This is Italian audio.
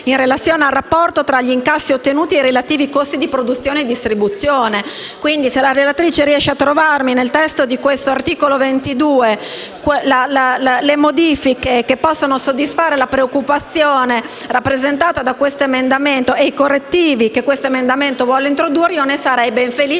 parla del rapporto tra gli incassi ottenuti e i relativi costi di produzione e distribuzione. Se la relatrice riesce a trovarmi nel testo dell’articolo 22 le modifiche che possono soddisfare la preoccupazione rappresentata da questo emendamento e i correttivi che esso vuole introdurre, ne sarei ben felice